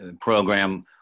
program